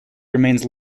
remains